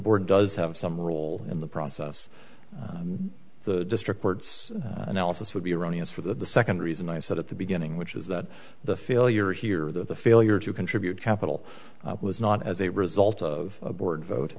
board does have some role in the process the district courts analysis would be erroneous for the second reason i said at the beginning which is that the failure here the failure to contribute capital was not as a result of a board vote